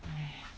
!aiya!